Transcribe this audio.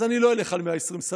אז אני לא אלך על 120 שרים,